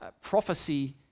prophecy